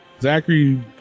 Zachary